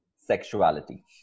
sexuality